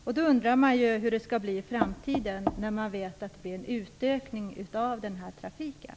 Hur skall det bli i framtiden när man vet att det blir en utökning av den här trafiken?